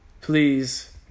Please